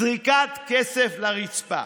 זריקת כסף לרצפה.